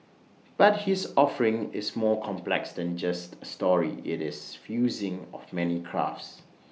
but his offering is more complex than just A story IT is fusing of many crafts